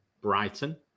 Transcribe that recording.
Brighton